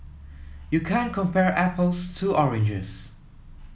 you can't compare apples to oranges